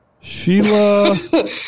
Sheila